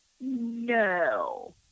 No